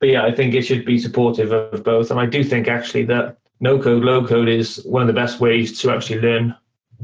but yeah, i think it should be supportive of of both. and i do think actually that no-code, low-code is one of the best ways to actually learn